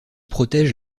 protègent